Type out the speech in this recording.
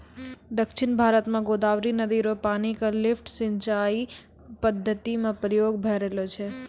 दक्षिण भारत म गोदावरी नदी र पानी क लिफ्ट सिंचाई पद्धति म प्रयोग भय रहलो छै